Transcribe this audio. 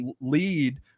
lead